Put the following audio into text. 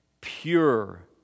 pure